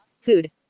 Food